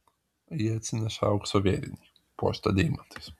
ji atsineša aukso vėrinį puoštą deimantais